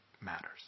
matters